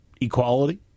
equality